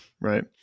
right